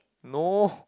no